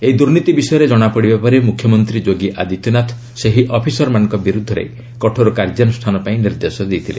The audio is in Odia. ଏହି ଦୁର୍ନୀତି ବିଷୟରେ କଣାପଡ଼ିବା ପରେ ମୁଖ୍ୟମନ୍ତ୍ରୀ ଯୋଗୀ ଆଦିତ୍ୟନାଥ ସେହି ଅଫିସରମାନଙ୍କ ବିରୁଦ୍ଧରେ କଠୋର କାର୍ଯ୍ୟାନୁଷ୍ଠାନ ପାଇଁ ନିର୍ଦ୍ଦେଶ ଦେଇଥିଲେ